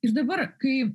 ir dabar kai